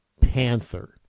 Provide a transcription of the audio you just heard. Panther